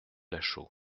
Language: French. lachaud